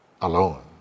alone